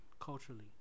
culturally